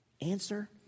Answer